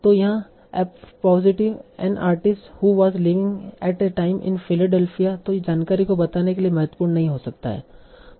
तो यहाँ appositive an artist who was living at the time in Philadelphia तों यह जानकारी को बताने के लिए महत्वपूर्ण नहीं हो सकता है